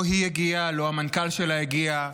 היא לא הגיעה, המנכ"ל שלה לא הגיע.